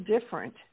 different